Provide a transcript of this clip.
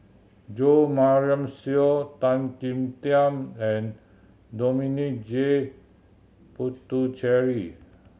Jo Marion Seow Tan Kim Tian and Dominic J Puthucheary